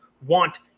Want